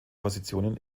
positionen